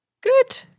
Good